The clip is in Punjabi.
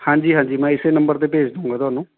ਹਾਂਜੀ ਹਾਂਜੀ ਮੈਂ ਇਸ ਨੰਬਰ 'ਤੇ ਭੇਜ ਦੂੰਗਾ ਤੁਹਾਨੂੰ